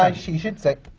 ah she should say,